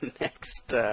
next